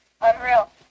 Unreal